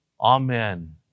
Amen